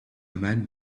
man